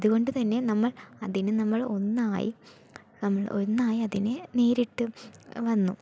അതുകൊണ്ടുതന്നെ നമ്മൾ അതിന് നമ്മൾ ഒന്നായി നമ്മൾ ഒന്നായി അതിനെ നേരിട്ട് വന്നു